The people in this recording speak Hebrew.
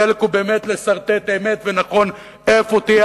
וחלק הוא באמת לסרטט אמת ונכון איפה תהיה